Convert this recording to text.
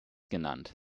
genannt